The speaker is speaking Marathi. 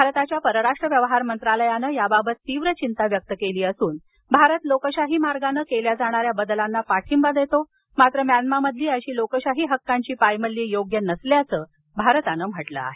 भारताच्या परराष्ट्र व्यवहार मंत्रालयानं याबाबत तीव्र चिंता व्यक्त केली असून भारत लोकशाही मार्गानं केल्या जाणाऱ्या बदलांना पाठींबा देतो मात्र म्यानामामधील अशी लोकशाही हक्कांची पायमल्ली योग्य नसल्याचं भारतानं म्हटलं आहे